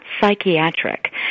psychiatric